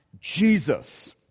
Jesus